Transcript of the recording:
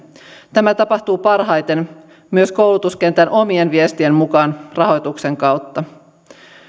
tämä tapahtuu parhaiten myös koulutuskentän omien viestien mukaan rahoituksen kautta